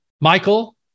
Michael